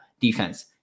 defense